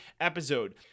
episode